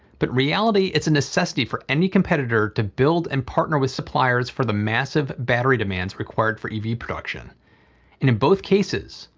but in reality, it's a necessity for any competitor to build and partner with suppliers for the massive battery demands required for ev production. and in both cases,